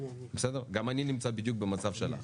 גם אני נמצא בדיוק במצב שלך.